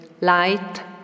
light